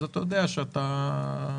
אז אתה יודע שאתה מתקדם.